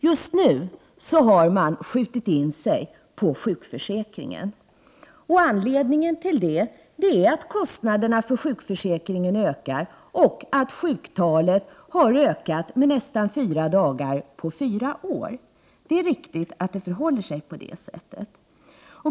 Just nu har man skjutit in sig på sjukförsäkringen. Anledningen till det är att kostnaderna för sjukförsäkringen har ökat och att sjuktalet har ökat med nästan fyra dagar på fyra år. Det är riktigt att det förhåller sig på det sättet.